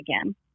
again